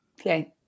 Okay